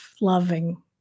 loving